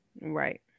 Right